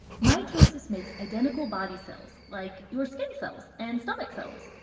mitosis makes identical body cells like your skin cells and stomach cells.